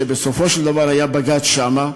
שבסופו של דבר היה בג"ץ שם,